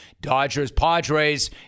Dodgers-Padres